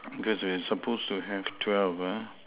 cause we are supposed to have twelve ah